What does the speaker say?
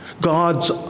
God's